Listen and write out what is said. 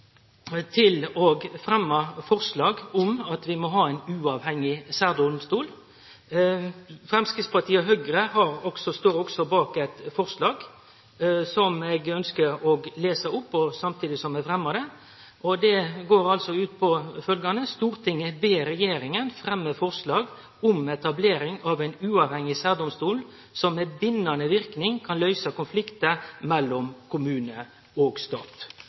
forslag om ein uavhengig særdomstol. Framstegspartiet og Høgre står også bak eit forslag som eg ønskjer å lese opp, samstundes som eg fremjar det. Forslaget går ut på følgjande: «Stortinget ber regjeringen fremme forslag om etablering av en uavhengig særdomstol som med bindende virkning kan løse konflikter mellom kommune og stat.»